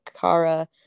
Kara